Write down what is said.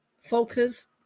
focus